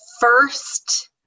first